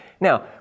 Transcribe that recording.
Now